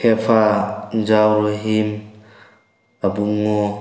ꯍꯦꯐꯥ ꯑꯟꯖꯥꯎ ꯔꯍꯤꯟ ꯑꯕꯨꯡꯉꯣ